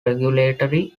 regulatory